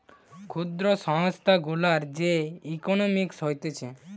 ক্ষুদ্র সংস্থা গুলার যে ইকোনোমিক্স হতিছে